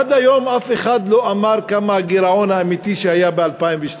עד היום אף אחד לא אמר מה הגירעון האמיתי שהיה ב-2012.